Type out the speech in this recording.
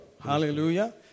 Hallelujah